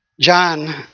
John